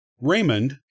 Raymond